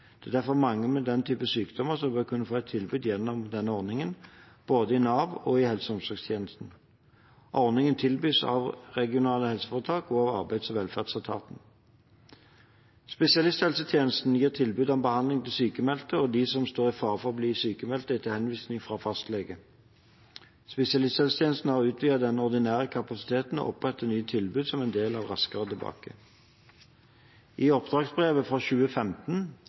Det er derfor mange med den type sykdommer som bør kunne få et tilbud gjennom denne ordningen, både i Nav og i helse- og omsorgstjenestene. Ordningen tilbys av regionale helseforetak og av Arbeids- og velferdsetaten. Spesialisthelsetjenesten gir tilbud om behandling til sykmeldte og de som står i fare for å bli sykmeldte etter henvisning fra fastlege. Spesialisthelsetjenesten har utvidet den ordinære kapasiteten og opprettet nye tilbud som en del av Raskere tilbake. I oppdragsbrevet for 2015